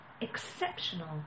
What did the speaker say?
exceptional